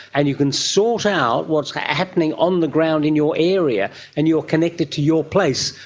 and you can sort out what's happening on the ground in your area and you are connected to your place,